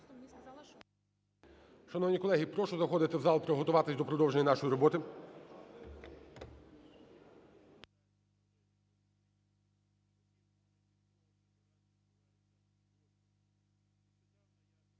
Шановні колеги, прошу заходити в зал, приготуватись до продовження нашої роботи.